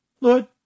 Lord